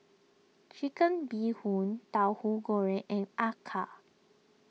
Chicken Bee Hoon Tauhu Goreng and Acar